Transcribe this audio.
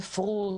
ספרות,